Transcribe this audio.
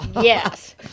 Yes